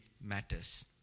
matters